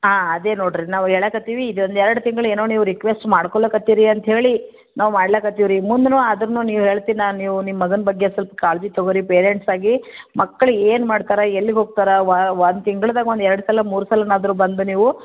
ಹಾಂ ಅದೇ ನೋಡಿರಿ ನಾವು ಹೇಳಾಕತ್ತೀವಿ ಇದೊಂದು ಎರಡು ತಿಂಗ್ಳು ಏನು ನೀವು ರಿಕ್ವೆಸ್ಟ್ ಮಾಡ್ಕೊಳಕ್ಹತ್ತೀರಿ ಅಂತ ಹೇಳಿ ನಾವು ಮಾಡಕತ್ತೀವಿ ರೀ ಮುಂದೂ ಆದ್ರೂ ನೀವು ಹೇಳ್ತಿನಿ ನಾ ನೀವು ನಿಮ್ಮ ಮಗನ ಬಗ್ಗೆ ಸ್ವಲ್ಪ ಕಾಳಜಿ ತಗೊಳಿ ಪೇರೆಂಟ್ಸ್ ಆಗಿ ಮಕ್ಳು ಏನು ಮಾಡ್ತಾರೆ ಎಲ್ಲಿಗೆ ಹೋಗ್ತರೆ ಒಂದು ತಿಂಗ್ಳದಾಗ ಒಂದು ಎರಡು ಸಲ ಮೂರು ಸಲವಾದ್ರೂ ಬಂದು ನೀವು